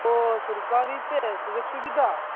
ᱚᱻ ᱥᱚᱨᱠᱟᱨᱤᱛᱮ ᱥᱩᱡᱳᱜ ᱥᱩᱵᱤᱫᱷᱟ